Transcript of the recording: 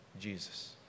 Jesus